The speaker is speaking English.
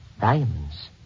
Diamonds